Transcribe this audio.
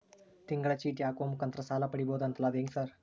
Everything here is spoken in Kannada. ತಿಂಗಳ ಚೇಟಿ ಹಾಕುವ ಮುಖಾಂತರ ಸಾಲ ಪಡಿಬಹುದಂತಲ ಅದು ಹೆಂಗ ಸರ್?